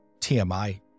TMI